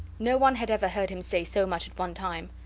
no one had ever heard him say so much at one time.